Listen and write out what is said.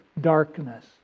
darkness